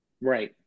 Right